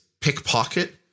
pickpocket